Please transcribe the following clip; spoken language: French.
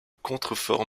contreforts